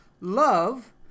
love